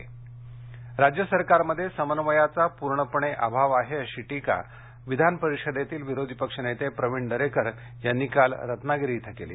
दरेकर आरोप रत्नागिरी राज्य सरकारमध्ये समन्वयाचा पूर्णपणे अभाव आहे अशी टीका विधान परिषदेतील विरोधी पक्षनेते प्रवीण दरेकर यांनी काल रत्नागिरीत केली